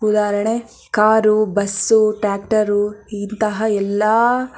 ಉದಾಹರಣೆ car bus tractor ಇಂತಹ ಎಲ್ಲ